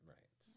Right